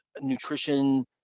nutrition